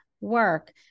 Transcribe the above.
work